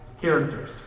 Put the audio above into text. characters